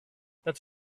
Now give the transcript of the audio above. het